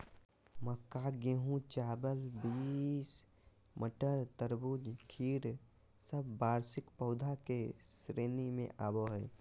मक्का, गेहूं, चावल, बींस, मटर, तरबूज, खीर सब वार्षिक पौधा के श्रेणी मे आवो हय